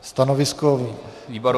Stanovisko výboru?